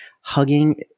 hugging